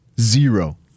zero